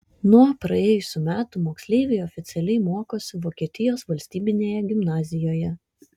nuo praėjusių metų moksleiviai oficialiai mokosi vokietijos valstybinėje gimnazijoje